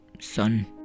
son